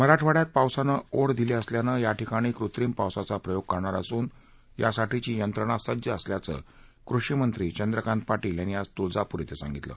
मराठवाङ्यात पावसानं ओढ दिली असल्यानं या ठिकाणी कृत्रीम पावसाचा प्रयोग करणार असून यासाठीची यंत्रणा सज्ज असल्याचं कृषीमंत्री चंद्रकांत पाटील यांनी आज तुळजापूर डिं सांगितलं